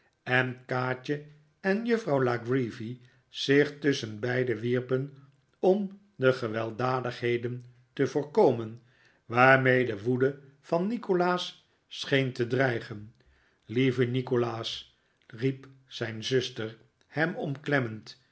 en kaatje en juffrouw la creevy zich tusschen beiden wierpen om de gewelddadigheden te voorkomen waarmee de woede van nikolaas scheen te dreigen lieve nikolaas riep zijn zuster hem